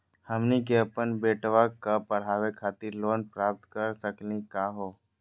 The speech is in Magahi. हमनी के अपन बेटवा क पढावे खातिर लोन प्राप्त कर सकली का हो?